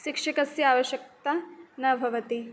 शिक्षकस्य आवश्यकता न भवति